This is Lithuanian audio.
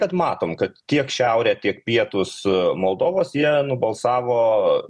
bet matom kad tiek šiaurė tiek pietūs moldovos jie nubalsavo